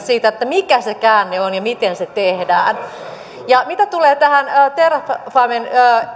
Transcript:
siitä että mikä se käänne on ja miten se tehdään mitä tulee tähän terrafamen